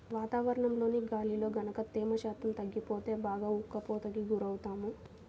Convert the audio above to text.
వాతావరణంలోని గాలిలో గనక తేమ శాతం తగ్గిపోతే బాగా ఉక్కపోతకి గురవుతాము